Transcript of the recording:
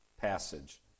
passage